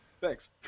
Thanks